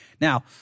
Now